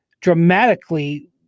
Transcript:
dramatically